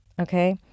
Okay